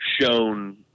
shown